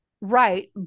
Right